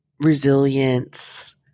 Resilience